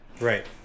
Right